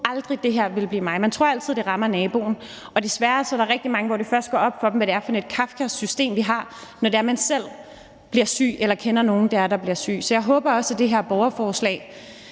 aldrig, det her ville blive mig. Man tror altid, det rammer naboen. Desværre er der rigtig mange, det først går op for, hvad det er for et kafkask system, vi har, når det er, de selv bliver syge eller kender nogen, der bliver syge. Så jeg håber også, at det her borgerforslag